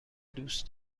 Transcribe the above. دوست